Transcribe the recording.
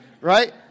Right